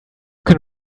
can